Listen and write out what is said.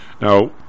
Now